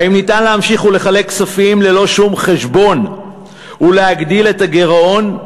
האם ניתן להמשיך ולחלק כספים ללא שום חשבון ולהגדיל את הגירעון?